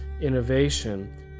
innovation